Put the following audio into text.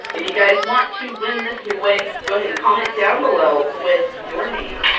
if you guys want to win this giveaway, go ahead and comment down below with your name,